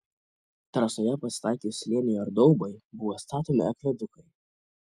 trasoje pasitaikius slėniui ar daubai buvo statomi akvedukai